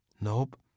Nope